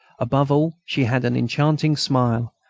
above all, she had an enchanting smile,